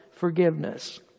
forgiveness